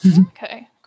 okay